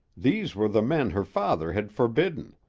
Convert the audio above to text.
these were the men her father had forbidden,